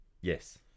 Yes